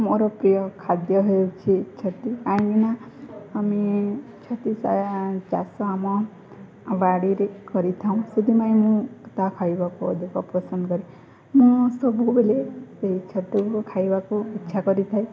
ମୋର ପ୍ରିୟ ଖାଦ୍ୟ ହେଉଛି ଛତୁ କାହିଁକି ନା ଆମେ ଛତୁ ଚାଷ ଆମ ବାଡ଼ିରେ କରିଥାଉଁ ସେଥିପାଇଁ ମୁଁ ତାହା ଖାଇବାକୁ ଅଧିକ ପସନ୍ଦ କରେ ମୁଁ ସବୁବେଳେ ସେହି ଛତୁକୁ ଖାଇବାକୁ ଇଚ୍ଛା କରିଥାଏ